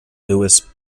lewis